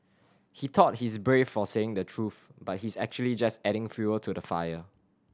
he thought he's brave for saying the truth but he's actually just adding fuel to the fire